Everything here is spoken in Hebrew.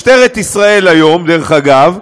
משטרת ישראל היום, דרך אגב,